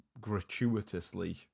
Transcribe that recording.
gratuitously